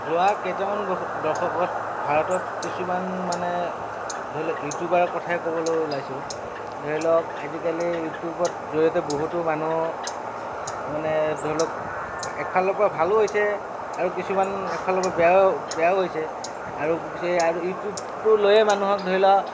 যোৱা কেইটামান দশকত ভাৰতত কিছুমান মানে ধৰিলওক ইউটিউবাৰ কথাই ক'বলৈ ওলাইছোঁ ধৰিলওক আজিকালি ইউটিউবত জড়িয়তে বহুতো মানুহ মানে ধৰিলওক এফালৰ পৰা ভালো হৈছে আৰু কিছুমান এফালৰ পৰা বেয়া বেয়াও হৈছে আৰু অৱশ্যে ইউটিউবটো লৈয়ে মানুহক ধৰিলওক